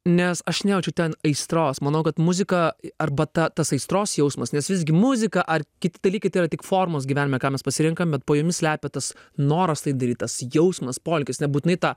nes aš nejaučiau ten aistros manau kad muzika arba ta tas aistros jausmas nes visgi muzika ar kiti dalykai tai yra tik formos gyvenime ką mes pasirenkam bet po jomis slepia tas noras tai daryt tas jausmas polėkis nebūtinai tą